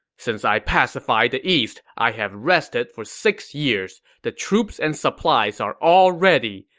since i pacified the east, i have rested for six years. the troops and supplies are all ready.